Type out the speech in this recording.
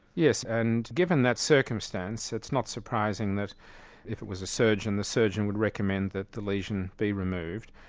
yes, and given that circumstance it's not surprising that if it was a surgeon, the surgeon would recommend that the lesion be removed.